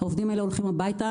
העובדים האלה הולכים הביתה.